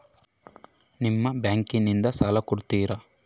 ನಿಮ್ಮ ಬ್ಯಾಂಕಿನಿಂದ ಸಾಲ ಕೊಡ್ತೇರಾ?